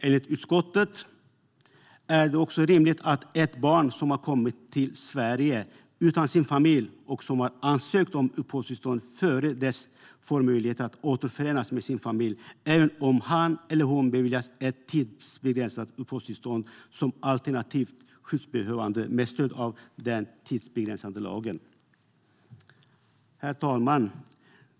Enligt utskottet är det också rimligt att ett barn som har kommit till Sverige utan sin familj och som har ansökt om uppehållstillstånd innan dess får möjlighet att återförenas med sin familj även om han eller hon beviljas ett tidsbegränsat uppehållstillstånd som alternativt skyddsbehövande med stöd av den tidsbegränsade lagen. Herr talman!